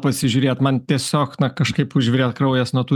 pasižiūrėt man tiesiog na kažkaip užvirė kraujas nuo tų